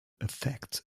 affect